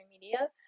media